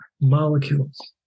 molecules